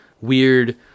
weird